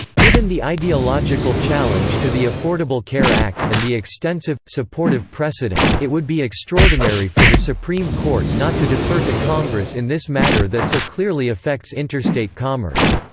given the ideological challenge to the affordable care act and the extensive, supportive precedent, it would be extraordinary for the supreme court not to defer to congress in this matter that so clearly affects interstate commerce.